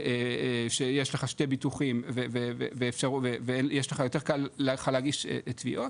שיש לך שתי ביטוחים ויותר קל לך להגיש תביעות,